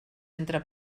entre